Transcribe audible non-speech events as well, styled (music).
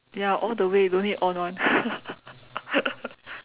ya all the way don't need to on [one] (laughs)